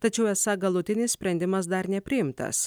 tačiau esą galutinis sprendimas dar nepriimtas